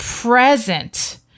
present